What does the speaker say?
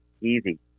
Easy